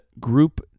group